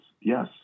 yes